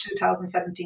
2017